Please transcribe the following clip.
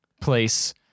place